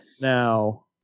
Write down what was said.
now